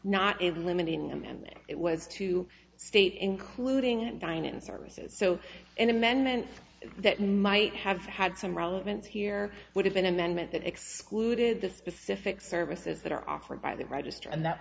a limiting and it was to state including in dining services so an amendment that might have had some relevance here would have an amendment that excluded the specific services that are offered by the register and that